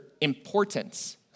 importance